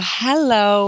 hello